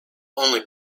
only